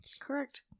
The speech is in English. Correct